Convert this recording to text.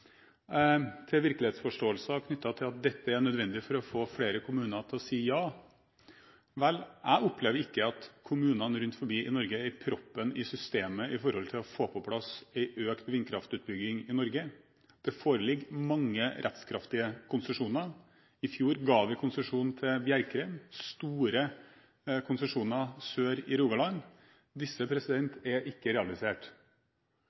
Til virkelighetsforståelser knyttet til at dette er nødvendig for å få flere kommuner til å si ja: Vel, jeg opplever ikke at kommuner rundt omkring i Norge er proppen i systemet når det gjelder å få på plass en økt vindkraftutbygging i Norge. Det foreligger mange rettskraftige konsesjoner. I fjor ga vi konsesjon til Bjerkreim, store konsesjoner sør i Rogaland, og disse